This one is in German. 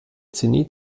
zenit